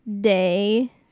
Day